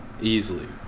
easily